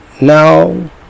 now